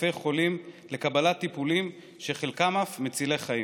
אלפי חולים לקבל טיפולים שחלקם אף מצילי חיים.